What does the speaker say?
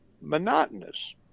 monotonous